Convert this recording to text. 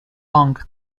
long